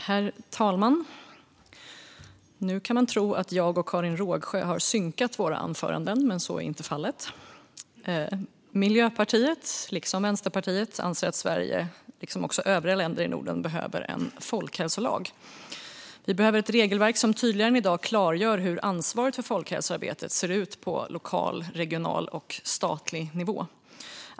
Herr talman! Nu kan man tro att jag och Karin Rågsjö har synkat våra anföranden. Men så är inte fallet. Miljöpartiet, liksom Vänsterpartiet, anser att Sverige behöver en folkhälsolag, precis som övriga länder i Norden har. Vi behöver ett regelverk som tydligare än i dag klargör hur ansvaret för folkhälsoarbetet ser ut på lokal, regional och statlig nivå.